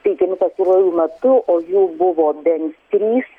teikiami pastaruoju metu o jų buvo bent trys